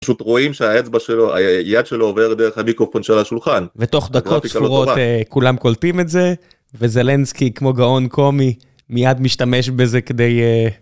פשוט רואים שהאצבע שלו, היד שלו, עוברת דרך המיקרופון של השולחן. ותוך דקות ספורות כולם קולטים את זה, וזלנסקי כמו גאון קומי מייד משתמש בזה כדי...